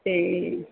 ਅਤੇ